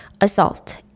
assault